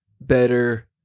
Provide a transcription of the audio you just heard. better